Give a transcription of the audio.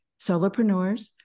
solopreneurs